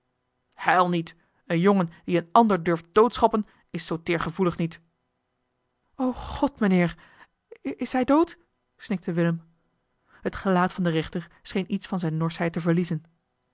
niet een jongen die een ander durft doodschoppen is zoo teergevoelig niet o god mijnbeer is hij dood snikte willem het gelaat van den rechter scheen iets van zijne norschheid te verliezen